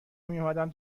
میومدن